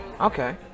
Okay